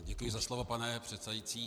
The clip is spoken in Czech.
Děkuji za slovo, pane předsedající.